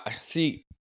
see